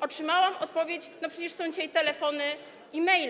otrzymałam odpowiedź, że przecież dzisiaj są telefony i maile.